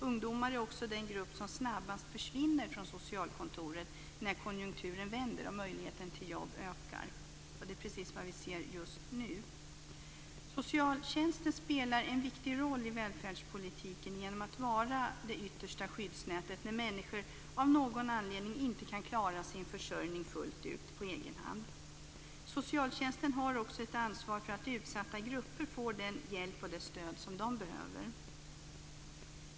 Ungdomar är också den grupp som snabbast försvinner från socialkontoret när konjunkturen vänder och möjligheten till jobb ökar. Det är precis vad vi ser just nu. Socialtjänsten spelar en viktig roll i välfärdspolitiken genom att vara det yttersta skyddsnätet när människor av någon anledning inte kan klara sin försörjning fullt ut på egen hand. Socialtjänsten har också ett ansvar för att utsatta grupper får den hjälp och det stöd som de behöver.